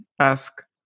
ask